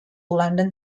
london